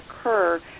occur